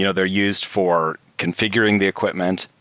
you know they're used for configuring the equipment.